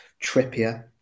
Trippier